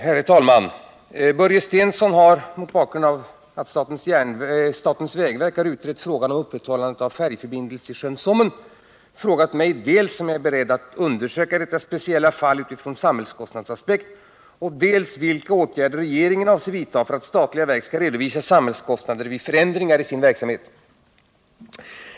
Herr talman! Börje Stensson har — mot bakgrund av att statens vägverk har utrett frågan om upprätthållandet av färjeförbindelse i sjön Sommen — frågat mig dels om jag är beredd att undersöka detta speciella fall utifrån samhällskostnadsaspekt, dels vilka åtgärder regeringen avser vidta för att statliga verk skall redovisa samhällskostnader vid förändringar i sin verksamhet.